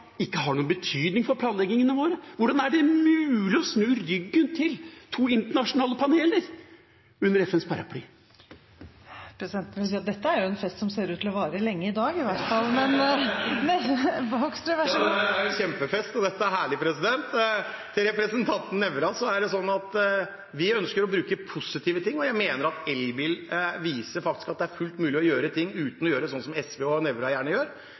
ikke har noen betydning for planleggingen vår? Hvordan er det mulig å snu ryggen til to internasjonale paneler under FNs paraply? Presidenten vil si at dette er jo en fest som ser ut til å vare lenge i dag, i hvert fall! Ja, det er en kjempefest, og dette er herlig! Til representanten Nævra: Det er sånn at vi ønsker å bruke positive ting, og jeg mener at elbil viser at det faktisk er fullt mulig å gjøre noe uten å gjøre det slik som SV og Nævra gjerne gjør,